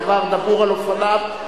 דבר דבור על אופניו,